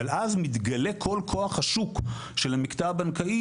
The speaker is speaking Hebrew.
אבל אז מתגלה כל כוח השוק של המקטע הבנקאי